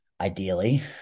ideally